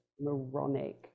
moronic